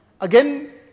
Again